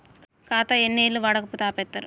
ఖాతా ఎన్ని ఏళ్లు వాడకపోతే ఆపేత్తరు?